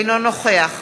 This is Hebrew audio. אינו נוכח